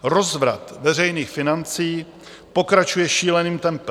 Rozvrat veřejných financí pokračuje šíleným tempem.